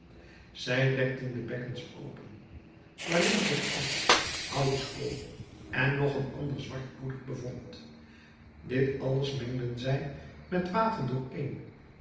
zij dekten de bekkens open waarin zich asch houtskool en nog een ander zwart poeder bevond dit alles mengden zij met water dooreen